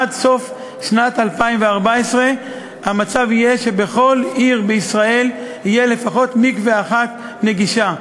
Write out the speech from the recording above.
עד סוף שנת 2014 המצב יהיה שבכל עיר בישראל יהיה לפחות מקווה אחת נגישה.